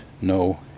no